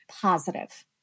positive